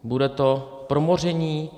Bude to promoření?